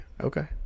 Okay